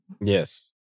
Yes